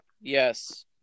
Yes